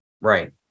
Right